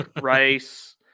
Rice